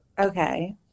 okay